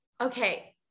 okay